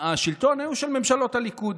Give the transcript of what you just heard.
השלטון היו של ממשלות הליכוד.